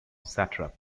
satrap